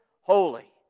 holy